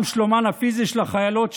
גם שלומן הפיזי של החיילות,